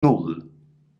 nan